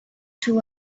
two